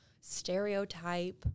stereotype